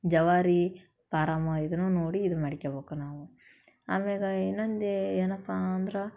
ಜವಾರಿ ಪಾರಮು ಇದನ್ನು ನೋಡಿ ಇದು ಮಾಡಿಕೊಬೇಕು ನಾವು ಆಮೇಲ ಇನ್ನೊಂದು ಏನಪ್ಪಾ ಅಂದ್ರೆ